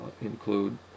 include